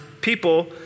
people